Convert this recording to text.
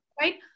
Right